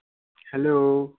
hello